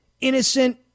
innocent